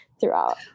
throughout